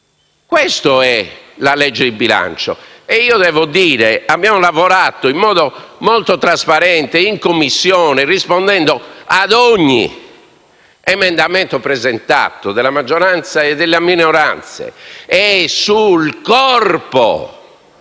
Questa è la legge di bilancio. Abbiamo lavorato in modo molto trasparente in Commissione, rispondendo ad ogni emendamento presentato dalla maggioranza e dalla minoranza, e sul corpo